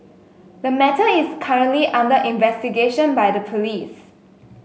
the matter is currently under investigation by the police